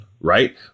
right